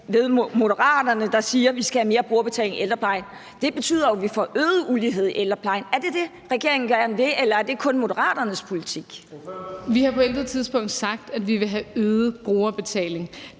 ved Moderaterne siger, at vi skal have mere brugerbetaling i ældreplejen. Det betyder jo, at vi får øget ulighed i ældreplejen. Er det det, regeringen gerne vil, eller er det kun Moderaternes politik? Kl. 11:47 Første næstformand (Leif Lahn Jensen):